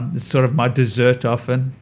and sort of my dessert often.